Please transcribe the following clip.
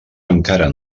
encara